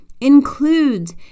includes